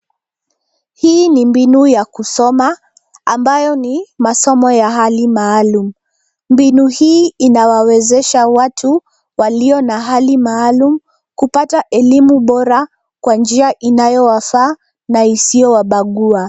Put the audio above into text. Hii ni mbinu ambayo ni masomo ya hali maalum. Mbinu hii inawawezesha watu walio na hali maalum kupata elimu bora kwa njia inayowafaa na isiyowabagua.